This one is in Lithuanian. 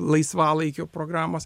laisvalaikio programos